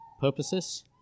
purposes